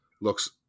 looks